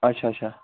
اچھا اچھا